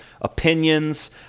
opinions